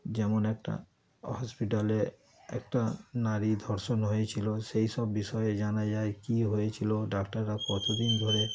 যেমন একটা হসপিটালে একটা নারী ধর্ষণ হয়েছিল সেই সব বিষয়ে জানা যায় কী হয়েছিল ডাক্তাররা কতদিন ধরে